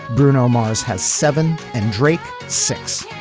bruno mars has seven and drake six